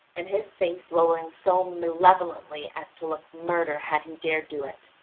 and his face lowering so malevolently as to look murder had he dared do it.